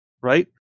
right